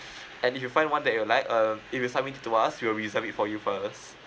and if you find one that you're like uh if you submitted to us we will reserve it for you first